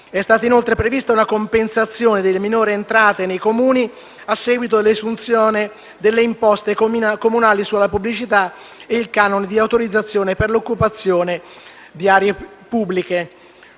È stata inoltre prevista una compensazione delle minori entrate nei Comuni a seguito dell'esenzione delle imposte comunali sulla pubblicità e del canone di autorizzazione per l'occupazione di aree pubbliche.